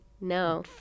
No